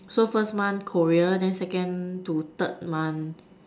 so first month Korea then second to third month